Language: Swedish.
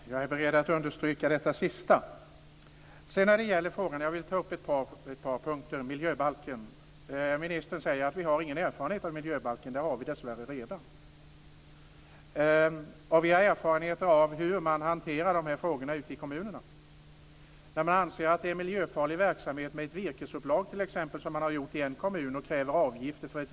Herr talman! Jag är beredd att understryka det sista. Sedan vill jag ta upp ett par punkter. Jag börjar med miljöbalken. Ministern säger att vi inte har någon erfarenhet av miljöbalken. Det har vi dessvärre redan. Vi har erfarenheter av hur man hanterar de här frågorna ute i kommunerna. I en kommun anser man att det är miljöfarlig verksamhet med ett virkesupplag och kräver avgift för det.